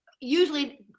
Usually